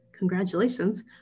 Congratulations